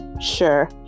sure